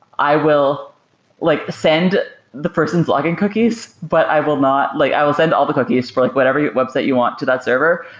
i will like send the person's log in cookies, but i will not like i will send all the cookies for like whatever website you want to that server,